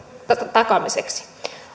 takaamiseksi